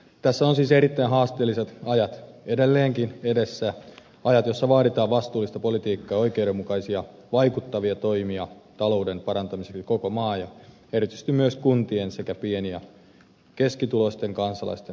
tässä on siis erittäin haasteelliset ajat edelleenkin edessä ajat joissa vaaditaan vastuullista politiikkaa ja oikeudenmukaisia vaikuttavia toimia talouden parantamiseksi koko maan ja erityisesti myös kuntien sekä pieni ja keskituloisten kansalaisten osalta